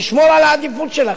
לשמור על העדיפות שלכם,